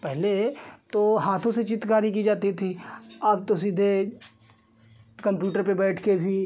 पहले तो हाथों से चित्रकारी की जाती थी अब तो सीधे कम्प्यूटर पर बैठकर भी